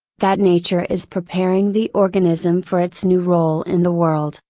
that nature is preparing the organism for its new role in the world,